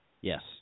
Yes